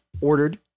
ordered